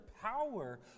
power